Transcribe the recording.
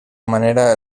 manera